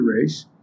race